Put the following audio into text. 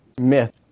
myth